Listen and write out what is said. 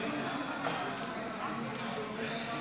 נתקבלו.